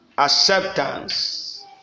Acceptance